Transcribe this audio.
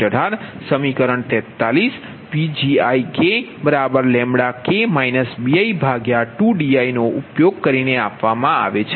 18 સમીકરણ 43 Pgi bi2di નો ઉપયોગ કરીને આપવામાં આવે છે